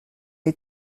les